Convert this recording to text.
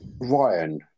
Ryan